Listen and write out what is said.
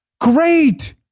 Great